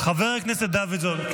חבר הכנסת דוידסון.